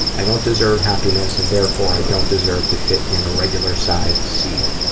i don't deserve happiness and therefore i don't deserve to fit in a regular-sized seat.